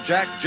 Jack